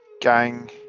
gang